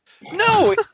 No